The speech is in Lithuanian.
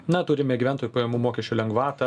na turime gyventojų pajamų mokesčio lengvatą